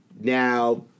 now